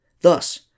Thus